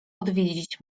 odwiedzić